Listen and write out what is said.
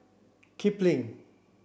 Kipling